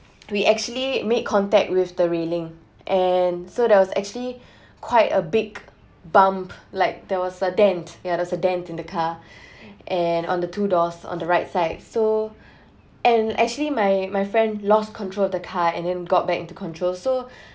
we actually make contact with the railing and so that was actually quite a big bump like there was a dent yeah there is a dent in the car and on the two doors on the right side so and actually my my friend lost control of the car and then got back into control so